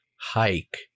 hike